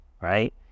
right